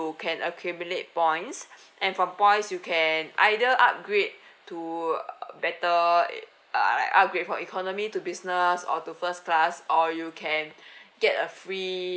can accumulate points and from points you can either upgrade to err better err upgrade from economy to business or to first class or you can get a free